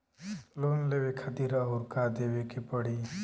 Loan लेवे खातिर अउर का देवे के पड़ी?